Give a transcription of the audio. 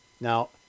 Now